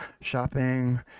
shopping